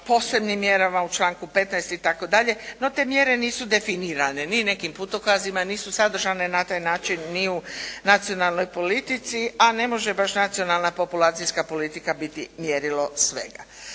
posebnim mjerama u članku 15. itd. no te mjere nisu definirane ni nekim putokazima, nisu sadržane na taj način ni u nacionalnoj politici, a ne može baš nacionalna populacijska politika biti mjerilo svega.